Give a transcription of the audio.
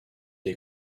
est